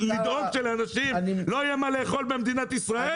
לדאוג שלאנשים לא יהיה מה לאכול במדינת ישראל